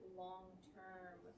long-term